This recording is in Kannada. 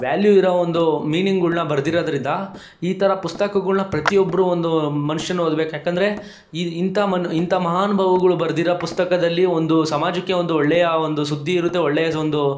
ವ್ಯಾಲ್ಯೂ ಒಂದು ಮೀನಿಂಗ್ಗಳ್ನ ಬರೆದಿರೋದ್ರಿಂದ ಈ ಥರ ಪುಸ್ತಕಗಳ್ನ ಪ್ರತಿಯೊಬ್ಬರು ಒಂದು ಮನುಷ್ಯನು ಓದ್ಬೇಕು ಯಾಕಂದರೆ ಇಂಥ ಮನು ಇಂಥ ಮಹಾನುಭಾವ್ಗುಳು ಬರ್ದಿರೋ ಪುಸ್ತಕದಲ್ಲಿ ಒಂದು ಸಮಾಜಕ್ಕೆ ಒಂದು ಒಳ್ಳೆಯ ಒಂದು ಸುದ್ದಿ ಇರುತ್ತೆ ಒಳ್ಳೆಯ ಒಂದು